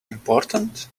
important